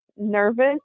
nervous